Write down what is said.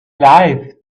life